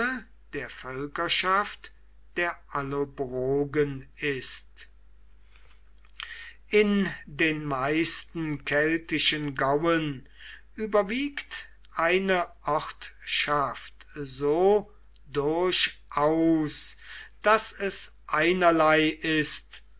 der völkerschaft der allobrogen ist in den meisten keltischen gauen überwiegt eine ortschaft so durchaus daß es einerlei ist